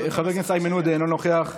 חבר הכנסת איימן עודה, אינו נוכח,